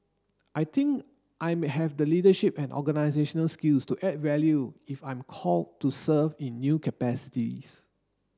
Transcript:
I think I may have the leadership and organisational skills to add value if I'm call to serve in new capacities